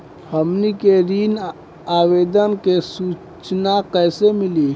हमनी के ऋण आवेदन के सूचना कैसे मिली?